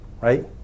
right